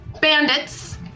bandits